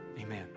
amen